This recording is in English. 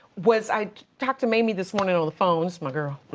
was i talked to mamie this morning on the phone, this my girl.